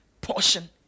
portion